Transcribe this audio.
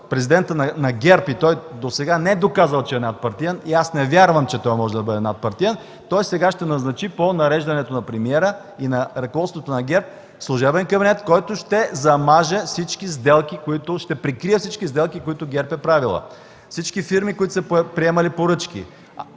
е избран от ГЕРБ и който досега не е доказал, че е надпартиен, и аз не вярвам, че той може да бъде надпартиен, сега ще назначи по нареждането на премиера и на ръководството на ГЕРБ служебен кабинет, който ще замаже и прикрие всички сделки, които ГЕРБ е правила, всички фирми, които са приемали поръчки,